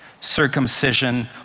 circumcision